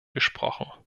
gesprochen